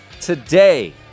today